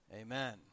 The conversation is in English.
Amen